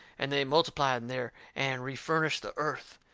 and they multiplied in there and refurnished the earth.